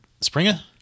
Springer